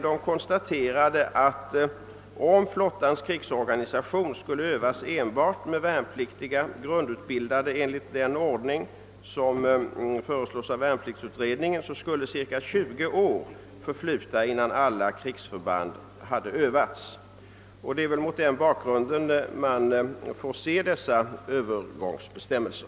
Den konstaterade emellertid att om flottans krigsorganisation skulle övas enbart med värnpliktiga, grundutbildade enligt den ordning som föreslogs av värnpliktsutredningen, skulle cirka 20 år förflyta innan alla krigsförband hade övat. Det är väl mot denna bakgrund man får se dessa övergångsbestämmelser.